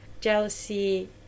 Jealousy